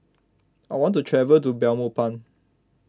I want to travel to Belmopan